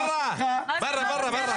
ברא, ברא, ברא.